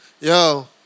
Yo